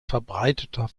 verbreiteter